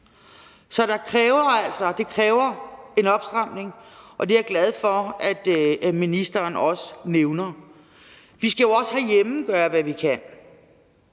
Så det kræver altså en opstramning, og det er jeg glad for at ministeren også nævner. Vi skal jo også herhjemme gøre, hvad vi kan.